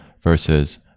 Versus